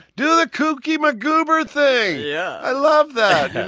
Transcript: do the kooky mcgoober thing yeah i love that and